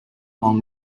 along